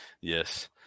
Yes